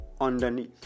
underneath